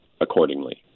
accordingly